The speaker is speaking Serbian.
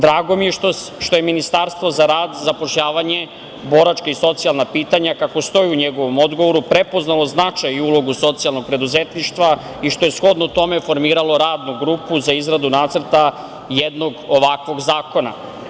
Drago mi je što je Ministarstvo za rad, zapošljavanje, boračka i socijalna pitanja, kako stoji u njegovom odgovoru prepoznalo značaj i ulogu socijalnog preduzetništva i što je shodno tome formiralo Radnu grupu za izradu nacrta jednog ovakvog zakona.